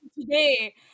today